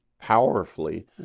powerfully